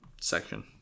section